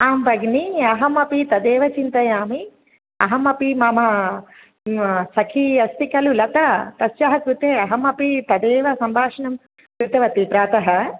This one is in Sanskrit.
आं भगिनी अहमपि तदेव चिन्तयामि अहमपि मम सखी अस्ति खलु लता तस्याः कृते अहमपि तदेव सम्भाषणं कृतवती प्रातः